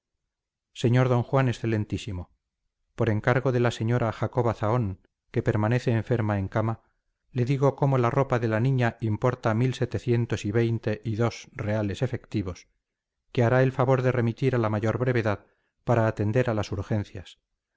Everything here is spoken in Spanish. señor d juan excelentísimo por encargo de la señora doña jacoba zahón que permanece enferma en cama le digo cómo la ropa de la niña importa mil setecientos y veinte y dos reales efectivos que hará el favor de remitir a la mayor brevedad para atender a las urgencias